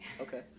okay